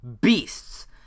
Beasts